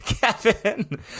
Kevin